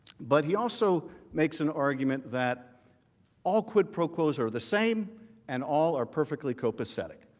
but he also makes an argument that all quid pro quos are the same and all our perfectly copacetic.